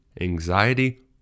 anxiety